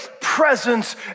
presence